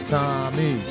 Tommy